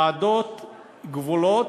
ועדות גבולות,